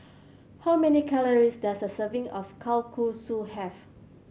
how many calories does a serving of Kalguksu have